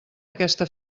aquesta